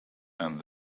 and